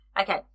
Okay